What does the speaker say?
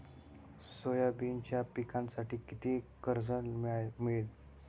सोयाबीनच्या पिकांसाठी किती कर्ज मिळेल?